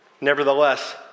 Nevertheless